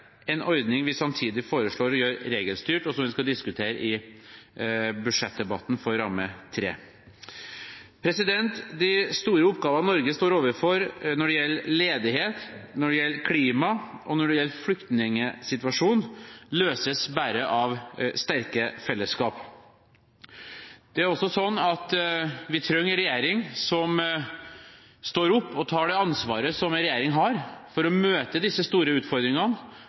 en ordning som vi samtidig foreslår å gjøre regelstyrt, og som vi skal diskutere i budsjettdebatten for ramme 3. De store oppgavene Norge står overfor når det gjelder ledighet, når det gjelder klima, og når det gjelder flyktningsituasjonen, løses bare av sterke fellesskap. Vi trenger en regjering som står opp og tar det ansvaret som en regjering har, for å møte disse store utfordringene,